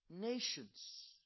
nations